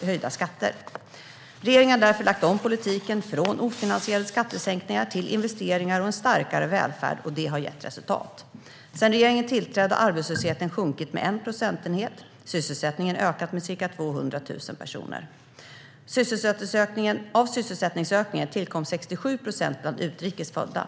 det höjda skatter. Regeringen har därför lagt om politiken från ofinansierade skattesänkningar till investeringar och en starkare välfärd, och det har gett resultat. Sedan regeringen tillträdde har arbetslösheten sjunkit med 1 procentenhet, och sysselsättningen har ökat med ca 200 000 personer. Av sysselsättningsökningen tillkom 67 procent bland utrikes födda.